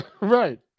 right